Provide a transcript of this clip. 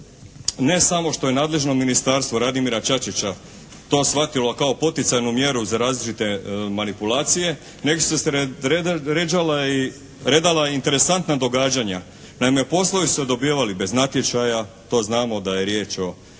ne samo što je nadležno Ministarstvo Radimira Čačića to shvatilo kao poticajnu mjeru za različite manipulacije nego su se redala i interesantna događaja. Naime poslovi su se dobivali bez natječaja, to znamo da je riječ o